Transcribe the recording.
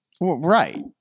Right